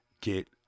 get